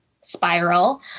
spiral